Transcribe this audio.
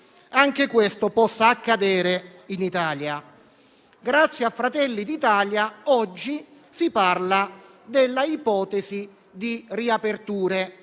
anche ciò accadere in Italia. Grazie a Fratelli d'Italia, oggi si parla dell'ipotesi di riaperture.